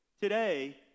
Today